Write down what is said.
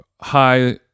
high